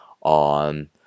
on